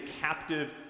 captive